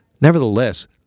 Nevertheless